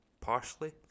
parsley